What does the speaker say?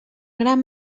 gran